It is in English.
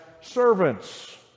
servants